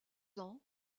ans